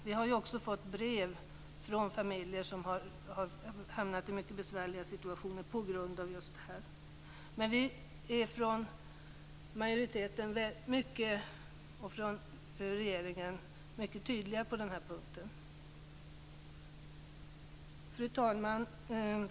Vi har också fått brev från familjer som har hamnat i mycket besvärliga situationer på grund av de inte fått tillgång till pensionssparade medel. Majoriteten och regeringen är mycket tydliga på den här punkten. Fru talman!